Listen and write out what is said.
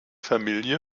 familie